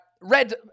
Red